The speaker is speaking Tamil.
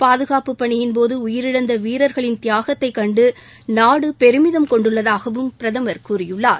பாதுகாப்பு பணியின்போது உயிரிழந்த வீரர்களின் தியாகத்தை கண்டு நாடு பெருமிதம் கொண்டுள்ளதாகவும் பிரதமர் கூறியுள்ளார்